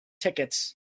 tickets